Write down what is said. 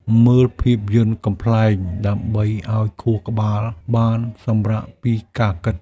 មើលភាពយន្តកំប្លែង ដើម្បីឱ្យខួរក្បាលបានសម្រាកពីការគិត។